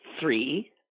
three